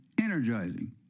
energizing